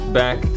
back